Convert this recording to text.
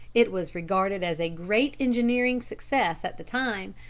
it was regarded as a great engineering success at the time,